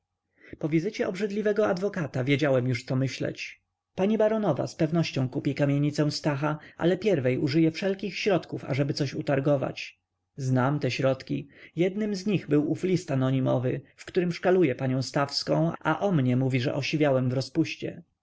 po wizycie obrzydliwego adwokata wiedziałem już co myśleć pani baronowa zpewnością kupi kamienicę stacha ale pierwiej użyje wszelkich środków ażeby coś utargować znam te środki jednym z nich był ów list anonimowy w którym szkaluje panią stawską a o mnie mówi że osiwiałem w rozpuście